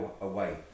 away